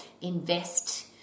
invest